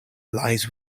lies